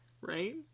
right